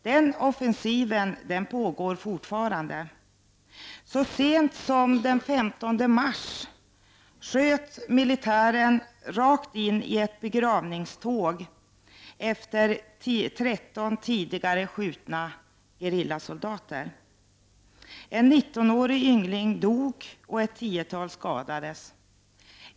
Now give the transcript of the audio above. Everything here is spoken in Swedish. Den offensiven pågår fortfarande, och så sent som den 15 denna månad sköt militären rakt in i ett begravningståg efter 13 tidigare skjutna gerillasoldater. En 19-årig yngling dog och ett tiotal personer skadades.